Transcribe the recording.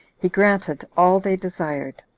he granted all they desired.